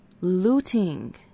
looting